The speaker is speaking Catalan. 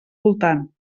voltant